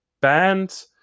banned